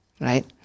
right